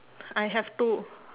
I have two